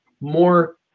more